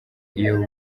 iyo